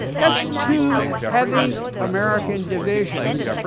that's two heavy american divisions,